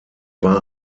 war